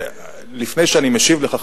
לפני שאני משיב לך,